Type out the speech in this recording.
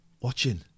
Watching